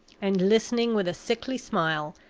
and listening with a sickly smile,